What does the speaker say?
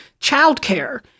childcare